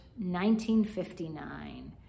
1959